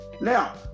now